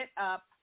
up